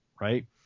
right